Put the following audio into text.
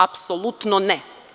Apsolutno ne.